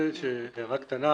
הערה קטנה